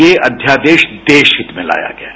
ये अध्यादेश देश हित में लाया गया है